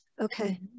Okay